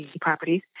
properties